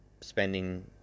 spending